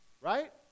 Right